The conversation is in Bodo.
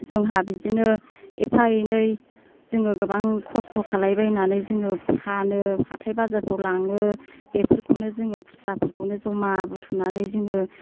जोंहा बिदिनो एफा एनै जोङो गोबां खस्थ' खालायबायनानै जोङो फानो हाथाय बाजारफ्राव लाङो बेफोरखौनो जोङो खुस्राफोरखौनो जमा बुथुमनानै जोङो